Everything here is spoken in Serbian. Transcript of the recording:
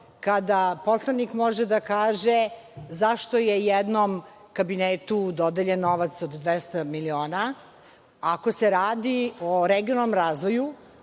kada poslanik može da kaže zašto je jednom kabinetu dodeljen novac od 200 miliona, ako se radi o regionalnom razvoju,